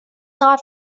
not